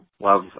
love